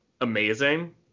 amazing